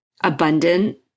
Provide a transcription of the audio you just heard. abundant